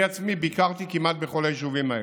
אני עצמי ביקרתי כמעט בכל היישובים האלה.